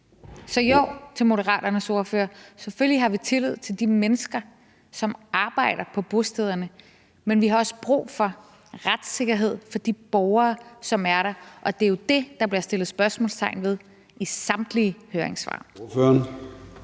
sige til Moderaternes ordfører, selvfølgelig har vi tillid til de mennesker, som arbejder på bostederne, men vi har også brug for retssikkerhed for de borgere, som er der, og det er jo det, der bliver sat spørgsmålstegn ved i samtlige høringssvar. Kl.